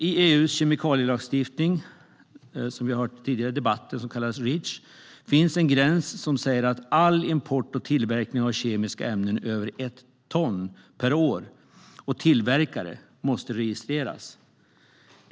I EU:s kemikalielagstiftning, Reach, finns en gräns som säger att all import och tillverkning av kemiska ämnen över ett ton per år och tillverkare måste registreras.